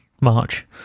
March